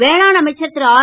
வேளாண் அமைச்சர் ரு ஆர்